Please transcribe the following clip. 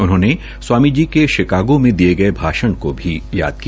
उन्होंने स्वामी जी के शिक्षाओं में दिये गये भाषण को भी याद किया